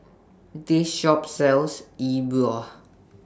This Shop sells E Bua